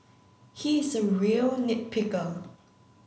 he is a real nit picker